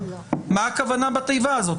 למה הכוונה בתיבה הזאת?